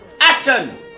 Action